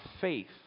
faith